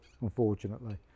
unfortunately